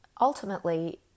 Ultimately